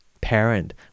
parent